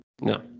no